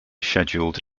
scheduled